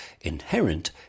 inherent